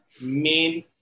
main